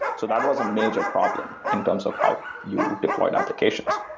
so that was a major problem in terms of how you deployed applications.